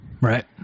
right